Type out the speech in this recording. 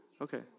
Okay